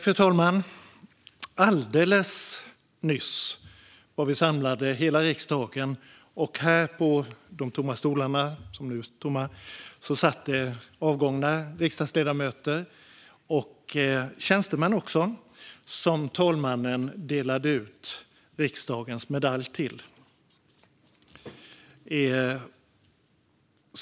Fru talman! Alldeles nyss var vi samlade hela riksdagen, och här framme på stolarna som nu står tomma satt avgångna riksdagsledamöter och tjänstemän som talmannen delade ut riksdagens medalj till.